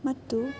ಮತ್ತು